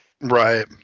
Right